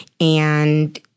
and-